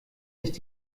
nicht